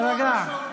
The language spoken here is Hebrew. תירגע.